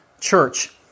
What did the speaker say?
Church